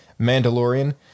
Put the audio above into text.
Mandalorian